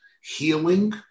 healing